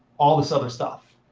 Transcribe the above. all this other stuff.